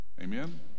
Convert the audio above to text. amen